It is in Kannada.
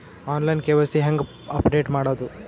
ಆನ್ ಲೈನ್ ಕೆ.ವೈ.ಸಿ ಹೇಂಗ ಅಪಡೆಟ ಮಾಡೋದು?